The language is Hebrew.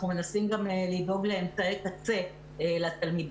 אנחנו מנסים גם לדאוג לאמצעי קצה לתלמידים.